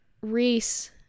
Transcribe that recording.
Reese